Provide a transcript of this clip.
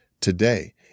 today